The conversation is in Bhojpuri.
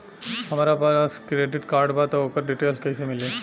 हमरा पास क्रेडिट कार्ड बा त ओकर डिटेल्स कइसे मिली?